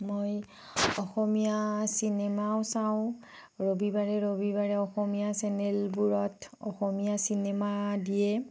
মই অসমীয়া চিনেমাও চাওঁ ৰবিবাৰে ৰবিবাৰে অসমীয়া চেনেলবোৰত অসমীয়া চিনেমা দিয়ে